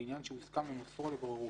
בעניין שהוסכם למסרו לבוררות".